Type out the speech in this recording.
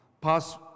pass